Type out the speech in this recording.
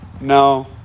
No